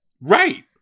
Right